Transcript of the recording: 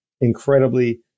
incredibly